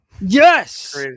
Yes